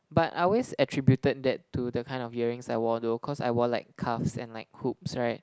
but I always attributed that to the kind of earrings I wore though cause I wore like cuffs and like hoops right